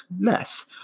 less